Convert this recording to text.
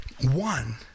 one